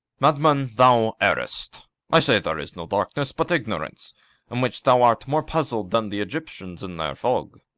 madman, thou errest i say, there is no darkness but ignorance in which thou art more puzzl'd than the egyptians in their fog.